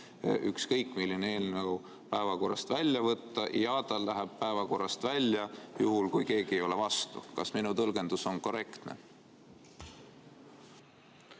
ükskõik millise eelnõu päevakorrast väljavõtmiseks ja see jääb päevakorrast välja, juhul kui keegi ei ole vastu. Kas minu tõlgendus on korrektne?